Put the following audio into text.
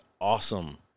awesome